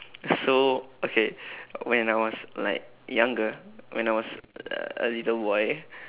so okay when I was like younger when I was uh a little boy